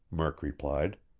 murk replied.